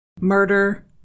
murder